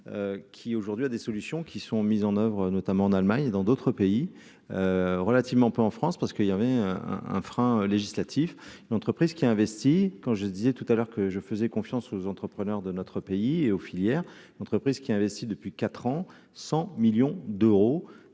qui aujourd'hui à des solutions qui sont mises en oeuvre, notamment en Allemagne et dans d'autres pays relativement peu en France parce qu'il y avait un un frein législatif, une entreprise qui investit quand je disais tout à l'heure que je faisais confiance aux entrepreneurs de notre pays et aux filières entreprise qui investit depuis 4 ans, 100 millions d'euros